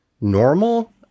normal